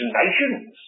nations